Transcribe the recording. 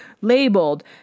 labeled